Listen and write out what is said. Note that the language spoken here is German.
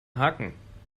haken